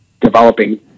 developing